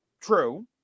True